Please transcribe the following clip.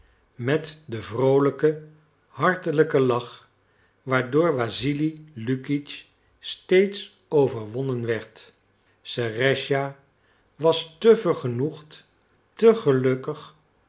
met den vroolijken hartelijken lach waardoor wassili lukitsch steeds overwonnen werd serëscha was te vergenoegd te gelukkig